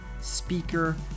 speaker